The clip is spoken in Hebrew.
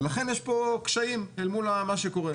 ולכן יש פה קשיים מול מה שקורה.